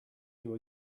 you